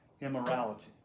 immorality